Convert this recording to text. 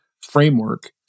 framework